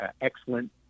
excellent